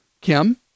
kim